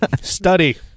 Study